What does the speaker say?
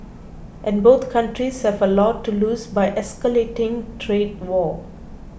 and both countries have a lot to lose by escalating trade war